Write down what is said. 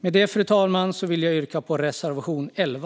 Med detta, fru talman, vill jag yrka bifall till reservation 11.